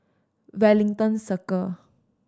Wellington Circle